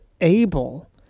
able